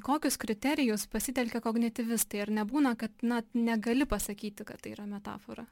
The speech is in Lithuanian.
kokius kriterijus pasitelkia kognityvistai ar nebūna kad na negali pasakyti kad tai yra metafora